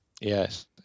Yes